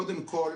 קודם כול,